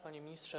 Panie Ministrze!